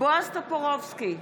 בועז טופורובסקי,